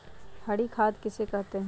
हरी खाद किसे कहते हैं?